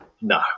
no